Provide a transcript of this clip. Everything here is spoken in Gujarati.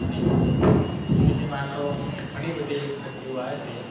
અને જીપીએસસીમાં હાલ તો ઘણી બધી ભરતીઓ આવે છે